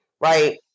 right